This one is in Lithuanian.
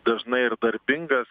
dažnai ir darbingas